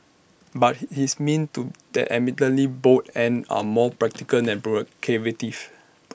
but he his means to that admittedly bold end are more practical than